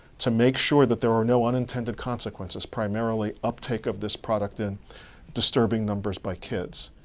to make sure that there are no unintended consequences, primarily uptake of this product in disturbing numbers by kids.